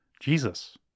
Jesus